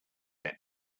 let